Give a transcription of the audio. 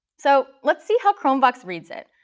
so let's see how chromevox reads it.